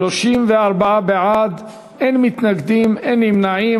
34 בעד, אין מתנגדים, אין נמנעים.